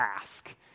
ask